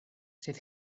sed